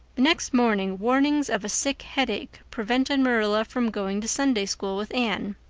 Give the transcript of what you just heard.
the next morning warnings of a sick headache prevented marilla from going to sunday-school with anne.